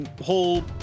whole